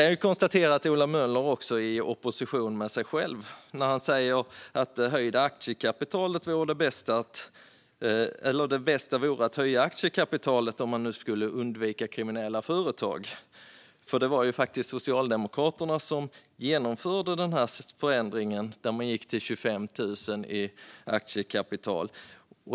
Jag konstaterar också att Ola Möller är i opposition mot sig själv när han säger att det bästa sättet att motverka kriminella företag vore att höja aktiekapitalet. Det var ju Socialdemokraterna som genomförde sänkningen till 25 000 i aktiekapital.